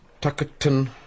Tuckerton